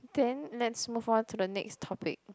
then let's move on to the next topic